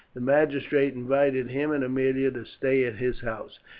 the magistrate invited him and aemilia to stay at his house.